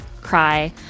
cry